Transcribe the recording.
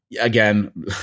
Again